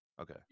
Okay